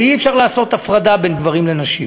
ואי-אפשר לעשות הפרדה בין גברים לנשים.